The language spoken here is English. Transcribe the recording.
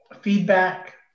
feedback